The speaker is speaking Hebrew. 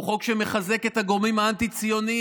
הוא חוק שמחזק את הגורמים האנטי-ציוניים.